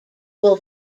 will